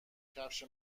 کفش